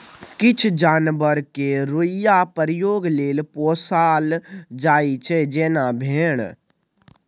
किछ जानबर केँ रोइयाँ प्रयोग लेल पोसल जाइ छै जेना भेड़